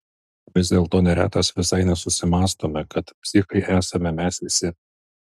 vis dėlto neretas visai nesusimąstome kad psichai esame mes visi